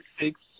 six